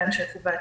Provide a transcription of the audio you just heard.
בהמשך ובעתיד.